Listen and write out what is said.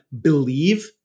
believe